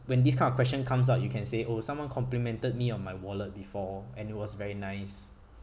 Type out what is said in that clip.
when this kind of question comes out you can say oh someone complimented me on my wallet before and it was very nice